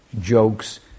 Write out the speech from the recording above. jokes